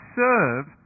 serve